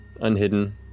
unhidden